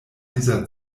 dieser